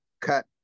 cut